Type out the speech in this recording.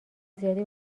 زیادی